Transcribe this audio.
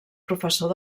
professor